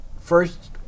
first